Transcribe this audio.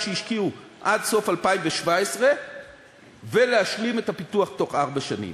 שהשקיעו עד סוף 2017 ולהשלים את הפיתוח בתוך ארבע שנים.